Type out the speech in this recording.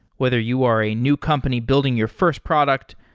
whether you are a new company building your first product,